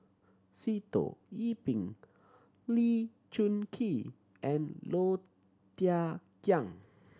Sitoh Yih Pin Lee Choon Kee and Low Thia Khiang